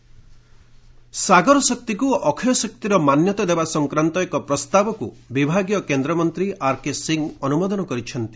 renewable ocean ସାଗର ଶକ୍ତିକୁ ଅକ୍ଷୟ ଶକ୍ତିର ମାନ୍ୟତା ଦେବା ସଂକ୍ରାନ୍ତ ଏକ ପ୍ରସ୍ତାବକୁ ବିଭାଗୀୟ କେନ୍ଦ୍ରମନ୍ତ୍ରୀ ଆରକେ ସିଂ ଅନୁମୋଦନ କରିଛନ୍ତି